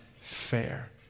fair